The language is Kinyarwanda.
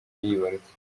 yibarutse